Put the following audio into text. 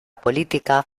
política